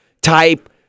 type